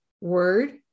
word